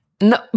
No